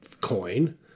coin